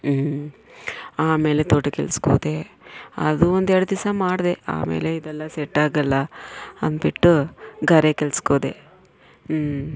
ಹ್ಞೂ ಆಮೇಲೆ ತೋಟದ ಕೆಲಸಕ್ಕೋದೆ ಅದು ಒಂದೆರ್ಡು ದಿವಸ ಮಾಡಿದೆ ಆಮೇಲೆ ಇದೆಲ್ಲ ಸೆಟ್ಟಾಗಲ್ಲ ಅಂದ್ಬಿಟ್ಟು ಗಾರೆ ಕೆಲಸಕ್ಕೋದೆ ಹ್ಞೂ